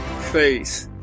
Faith